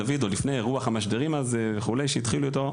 דוד עוד לפני אירוע המשדרים שהתחילו איתו,